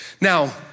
Now